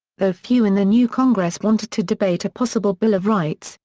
though few in the new congress wanted to debate a possible bill of rights,